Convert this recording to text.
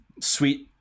sweet